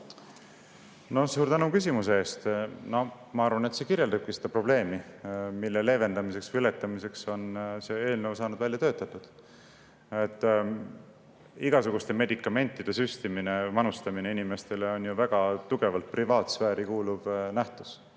olema. Suur tänu küsimuse eest! Ma arvan, et see kirjeldabki seda probleemi, mille leevendamiseks või ületamiseks on see eelnõu välja töötatud. Igasuguste medikamentide süstimine, manustamine inimestele on ju väga tugevalt privaatsfääri kuuluv nähtus